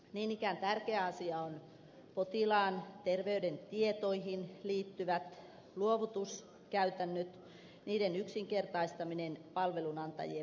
niin ikään tärkeä asia on potilaan terveystietoihin liittyvät luovutuskäytännöt niiden yksinkertaistaminen palvelunantajien välillä